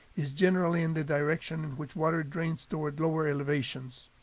is generally in the direction in which water drains toward lower elevations.